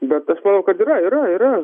bet aš manau kad yra yra yra